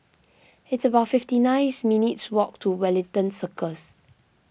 it's about fifty nice minutes walk to Wellington Circles